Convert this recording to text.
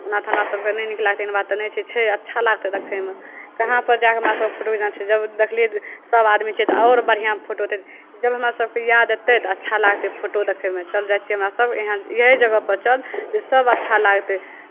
ओना तऽ हमरा सभकेँ नहि नीक लागतै एहन बात तऽ नहि छै छै अच्छा लागतै देखयमे कहाँपर जा कऽ हमरा सभकेँ फोटो घिचाना छै जब देखलियै सभ आदमी छै तऽ आओर बढ़िआँ फोटो अयतै जब हमरा सभकेँ याद अयतै तऽ अच्छा लागतै फोटो देखयमे चल जाइ छियै हमरासभ एहन एहि जगहपर चल जे सभ अच्छा लागतै